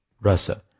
rasa